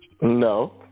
No